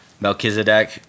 Melchizedek